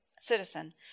citizen